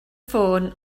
ffôn